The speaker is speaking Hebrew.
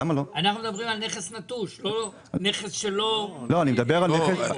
אנחנו מדברים על נכס נטוש; לא על נכס שלא --- אני מדבר על נכס נטוש.